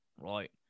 right